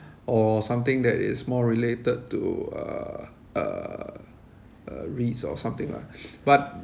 or something that is more related to uh uh uh REITs or something lah but